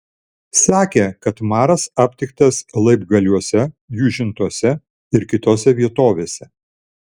sakė kad maras aptiktas laibgaliuose jūžintuose ir kitose vietovėse